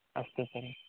अस्तु तर्हि